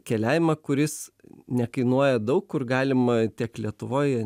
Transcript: keliavimą kuris nekainuoja daug kur galima tiek lietuvoj